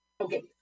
Okay